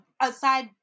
aside